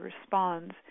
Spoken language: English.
responds